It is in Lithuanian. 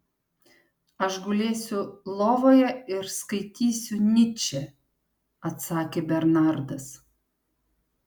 aš gulėsiu lovoje ir skaitysiu nyčę atsakė bernardas